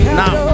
now